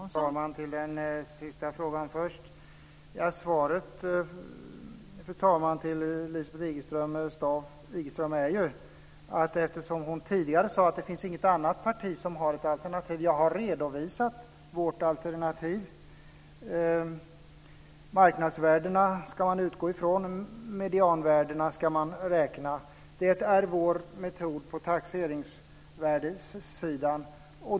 Fru talman! Jag går till den sista frågan först. Lisbeth Staaf-Igelström sade tidigare att det inte finns något annat parti som har ett alternativ. Jag har redovisat vårt alternativ. Man ska utgå från marknadsvärdena, och man ska räkna medianvärdena. Det är vår metod på taxeringsvärdessidan.